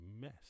mess